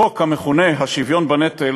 החוק המכונה "השוויון בנטל",